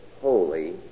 holy